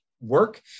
work